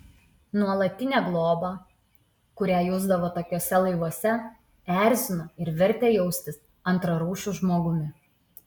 nuolatinė globa kurią jusdavo tokiuose laivuose erzino ir vertė jaustis antrarūšiu žmogumi